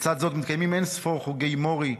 לצד זאת מתקיימים אין-ספור חוגי מורי,